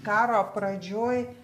karo pradžioj